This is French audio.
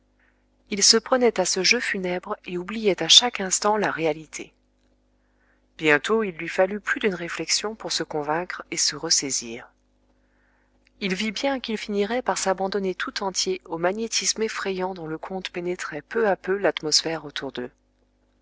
il se prenait à ce jeu funèbre et oubliait à chaque instant la réalité bientôt il lui fallut plus d'une réflexion pour se convaincre et se ressaisir il vit bien qu'il finirait par s'abandonner tout entier au magnétisme effrayant dont le comte pénétrait peu à peu l'atmosphère autour d'eux